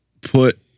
put